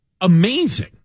amazing